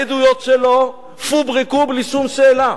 העדויות שלו פוברקו בלי שום שאלה.